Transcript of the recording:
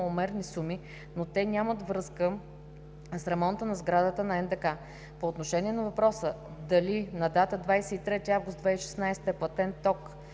маломерни суми, но те нямат връзка с ремонта на сградата на НДК. По отношение на въпроса дали на дата 23 август 2016 г. е платен ток,